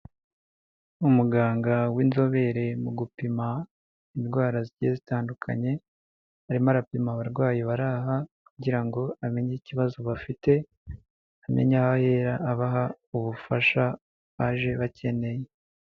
Umuganga w'inzobere mu gupima indwara zigiye zitandukanye, arimo arapima abarwayi bari aha kugira ngo amenye ikibazo bafite, amenya aho ahera abaha ubufasha baje bakeneye.